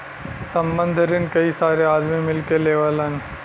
संबंद्ध रिन कई सारे आदमी मिल के लेवलन